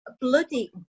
bloody